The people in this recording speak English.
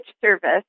service